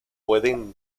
pueden